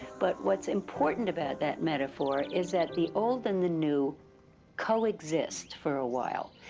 but what's important about that metaphor is that the old and the new coexist for a while.